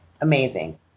Amazing